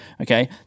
okay